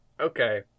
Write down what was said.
Okay